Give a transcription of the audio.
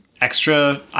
extra